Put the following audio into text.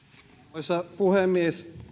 arvoisa puhemies